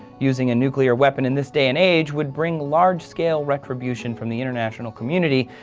using a nuclear weapon in this day and age would bring large scale retribution from the international community,